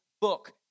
book